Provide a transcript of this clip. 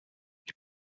ich